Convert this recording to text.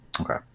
Okay